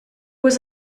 was